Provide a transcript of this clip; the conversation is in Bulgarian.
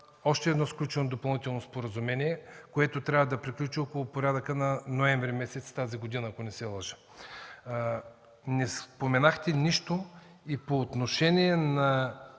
още едно допълнително споразумение, което трябва да приключи около порядъка на ноември месец тази година, ако не се лъжа. Не споменахте нищо и по отношение на